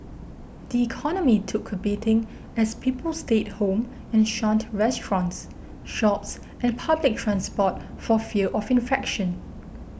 the economy took a beating as people stayed home and shunned restaurants shops and public transport for fear of infection